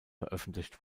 veröffentlicht